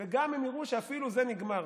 וגם הם יראו שאפילו זה נגמר,